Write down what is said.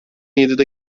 yedide